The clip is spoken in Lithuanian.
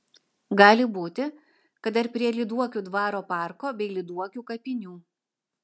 gali būti kad dar prie lyduokių dvaro parko bei lyduokių kapinių